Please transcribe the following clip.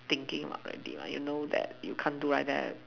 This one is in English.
thinking already what you know that you can't do like that